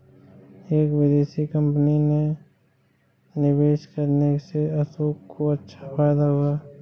एक विदेशी कंपनी में निवेश करने से अशोक को अच्छा फायदा हुआ